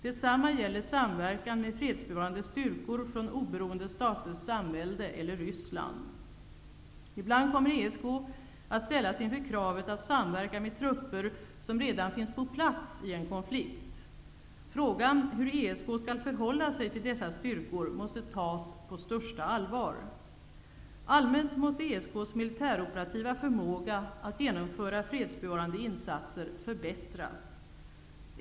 Detsamma gäller samverkan med fredsbevarande styrkor från Oberoende Staters Samvälde eller Ibland kommer ESK att ställas inför kravet att samverka med trupper som redan finns på plats i en konflikt. Frågan hur ESK skall förhålla sig till dessa styrkor måste tas på största allvar. Allmänt måste ESK:s militärt operativa förmåga att genomföra fredsbevarande insatser förbättras.